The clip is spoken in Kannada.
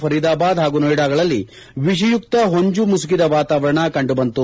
ಫರೀದಾಬಾದ್ ಹಾಗೂ ನೋಯ್ಡಾಗಳಲ್ಲಿ ವಿಷಯುಕ್ತ ಹೊಂಜು ಮುಸುಕಿದ ವಾತಾವರಣ ಕಂಡು ಬಂತು